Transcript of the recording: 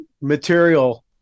material